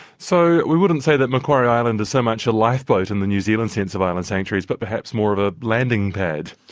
so we wouldn't say that macquarie island is so much a lifeboat in the new zealand sense of island sanctuaries but perhaps more of a landing pad.